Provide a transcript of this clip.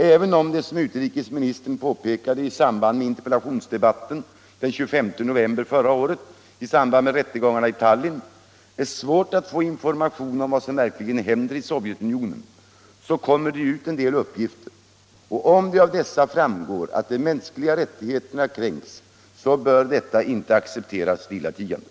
Även om det, som utrikesministern påpekade i samband med interpellationsdebatten den 25 november förra året om rättegångarna i Tallinn, är svårt att få information om vad som verkligen händer i Sovjetunionen, så kommer det ju ut en del uppgifter. Om det av dessa framgår att de mänskliga rättigheterna kränks, så bör detta inte accepteras stillatigande.